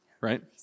right